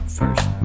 first